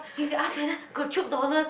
you should ask whether got dollars